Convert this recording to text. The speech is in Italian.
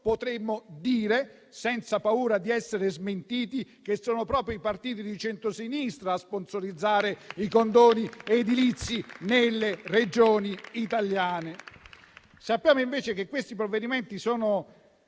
potremmo dire, senza paura di essere smentiti, che sono proprio i partiti di centrosinistra a sponsorizzare i condoni edilizi nelle Regioni italiane. Sappiamo, invece, che questi provvedimenti sono